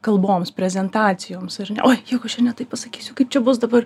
kalboms prezentacijoms ar ne oi jeigu aš čia ne taip pasakysiu kad čia bus dabar